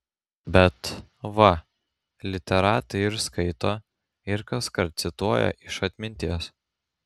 bet va literatai ir skaito ir kaskart cituoja iš atminties